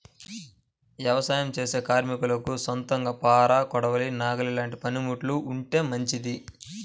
యవసాయం చేసే కార్మికులకు సొంతంగా పార, కొడవలి, నాగలి లాంటి పనిముట్లు ఉంటే మంచిది